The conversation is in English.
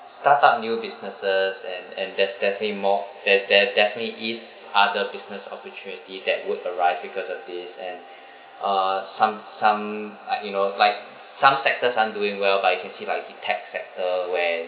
some start new businesses and and def~ definitely more there's there's definitely is other business opportunities that would arise because of this and uh some some uh you know like some sectors aren't doing well but you can see like the tech sector when